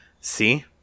see